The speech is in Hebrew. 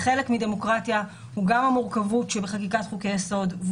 חלק מדמוקרטיה זה גם המורכבות שבחקיקת חוקי יסוד,